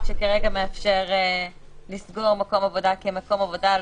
שכרגע מאפשר לסגור מקום עבודה כמקום עבודה,